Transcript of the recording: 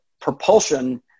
propulsion